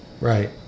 Right